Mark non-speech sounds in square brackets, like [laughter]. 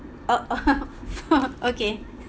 uh [laughs] okay